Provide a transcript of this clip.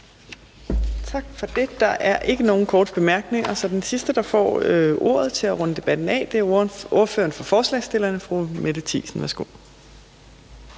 Tak for det. Der er ikke nogen korte bemærkninger. Den sidste, der får ordet til at runde debatten af, er ordføreren for forslagsstillerne, fru Mette Thiesen.